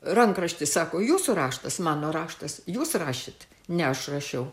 rankrašty sako jūsų raštas mano raštas jūs rašėte ne aš rašiau